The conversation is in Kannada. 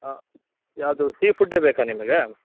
ಯಾವುದು ಸೀ ಫುಡ್ಡೇ ಬೇಕಾ ನಿಮಗೆ